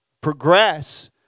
progress